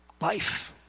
life